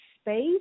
space